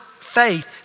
faith